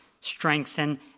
strengthen